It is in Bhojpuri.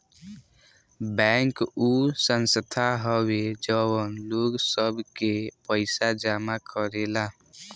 बैंक उ संस्था हवे जवन लोग सब के पइसा जमा करेला